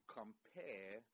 compare